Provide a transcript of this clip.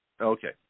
Okay